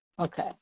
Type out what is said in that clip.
Okay